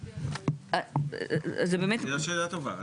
זו שאלה טובה.